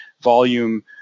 volume